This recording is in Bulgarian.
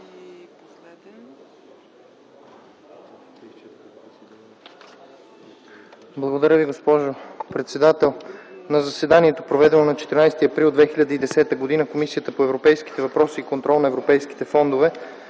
ТАНЧЕВ: Благодаря Ви, госпожо председател. „На заседанието, проведено на 14 април 2010 г., Комисията по европейските въпроси и контрол на европейските фондове